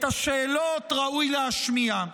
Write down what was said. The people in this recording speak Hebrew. את השאלות ראוי להשמיע.